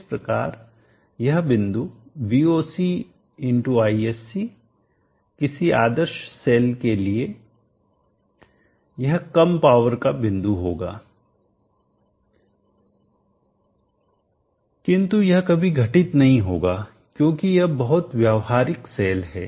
इस प्रकार यह बिंदु VocIsc किसी आदर्श सेल के लिए यह कम पावर का बिंदु होगा किंतु यह कभी घटित नहीं होगा क्योंकि यह बहुत व्यवहारिक सेल है